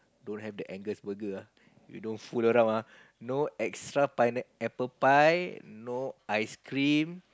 don't have the angus burger ah don't fool around ah no extra pine apple pie no ice cream